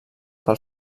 pel